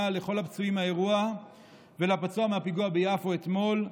לכל הפצועים מהאירוע ולפצוע מהפיגוע ביפו אתמול.